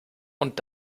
und